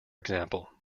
example